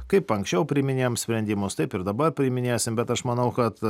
kaip anksčiau priiminėjom sprendimus taip ir dabar priiminėsim bet aš manau kad